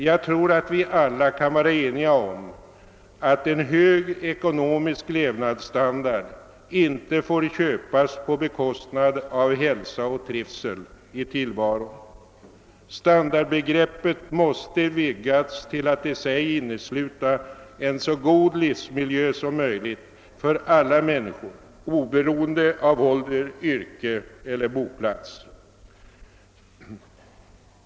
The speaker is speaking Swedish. Jag tror att vi alla kan vara eniga om att en hög ekonomisk levnadsstandard inte får köpas på bekostnad av hälsa och trivsel i tillvaron. Standardbegreppet måste vidgas till att i sig innesluta en så god livsmiljö som möjligt för alla människor, oberoende av ålder, yrke och boplats.